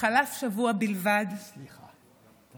חלף שבוע בלבד מהדקה שבה